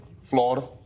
Florida